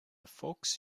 fox